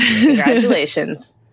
Congratulations